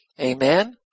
Amen